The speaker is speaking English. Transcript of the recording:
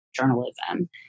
journalism